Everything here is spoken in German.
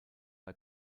bei